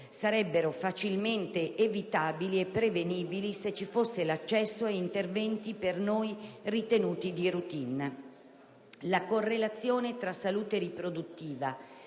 sarebbero facilmente evitabili e prevenibili se ci fosse l'accesso ad interventi per noi ritenuti di routine. La correlazione tra salute riproduttiva